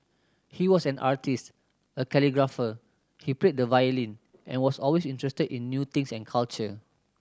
he was an artist a calligrapher he played the violin and was always interested in new things and culture